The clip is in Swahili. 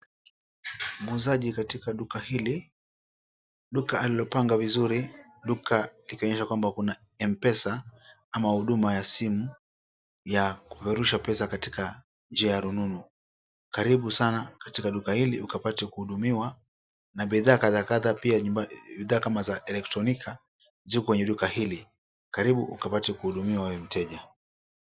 Muuzaji katika duka hili duka alilolipanga vizuri linaonyesha kwamba kuna mpesa ama huduma ya simu ya kufurusha pesa katika njia ya rununu karibu sana kwa duka hili ukapate kuhudumiwa na bidhaa kadhaa kadha kama za electroniki ziko katika duka hili, karibu upate kuhudumiwa mteja.